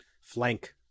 flank